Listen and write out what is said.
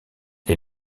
les